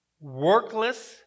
Workless